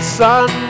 son